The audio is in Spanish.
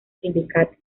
sindicato